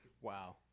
Wow